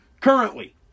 Currently